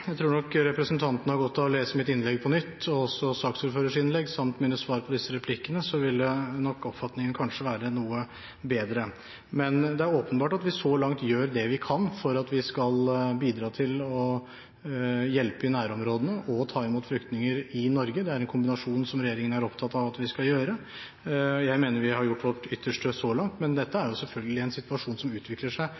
Jeg tror nok representanten har godt av å lese mitt innlegg på nytt og også saksordførerens innlegg samt mine svar på disse replikkene. Da ville nok oppfatningen kanskje vært noe bedre. Det er åpenbart at vi så langt gjør det vi kan for at vi skal bidra til å hjelpe i nærområdene og ta imot flyktninger i Norge – det er en kombinasjon som regjeringen er opptatt av at vi skal gjøre. Jeg mener vi har gjort vårt ytterste så langt, men dette er